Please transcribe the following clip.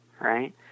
Right